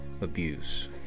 abuse